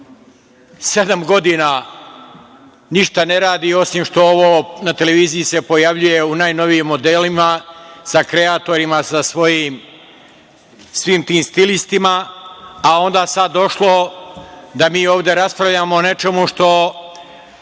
godina ništa ne radi osim što se na televiziji pojavljuje u najnovijim modelima, sa kreatorima, sa svojim svim tim stilistima, a onda sada došlo da mi ovde raspravljamo o nečemu što…Mogu